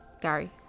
Gary